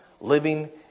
Living